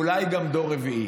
אולי גם דור רביעי,